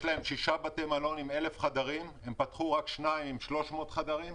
יש להם שישה בתי מלון עם 1,000 חדרים והם פתחו רק שניים עם 300 חדרים.